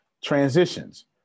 Transitions